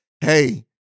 hey